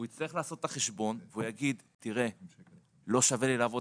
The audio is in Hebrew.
הוא יצטרך לעשות את החשבון והוא יגיד שלא שווה לו לעבוד